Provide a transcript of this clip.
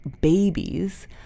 babies